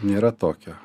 nėra tokio